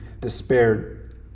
despaired